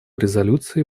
резолюции